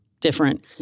different